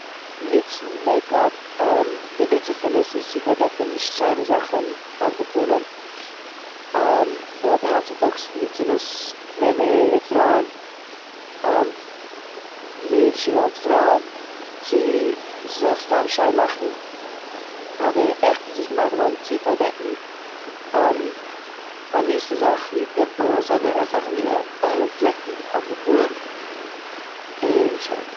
נוצן מעיקאפ די נוצן פון עס איז צו פארדעקן נישט שיינע זאכן אויף די פנים באט היינט ציטאגס נוצן עס מענער און פרויען, אין די אידישע וועלט פרויען, צו זיך סתם שיין מאכן אבער עכט איז עס געמאכט געווארן צו פארדעקן א מיעוסע זאך ווי פימפלס אדער אזעלכע מינע פלעקן אויף די פנים און שוין.